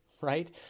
right